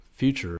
future